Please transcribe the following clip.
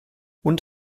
und